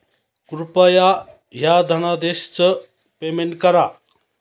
कृपया ह्या धनादेशच पेमेंट करा